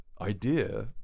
idea